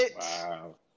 Wow